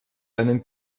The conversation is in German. einen